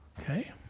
Okay